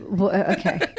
Okay